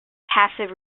passive